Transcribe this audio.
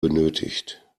benötigt